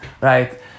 Right